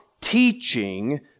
teaching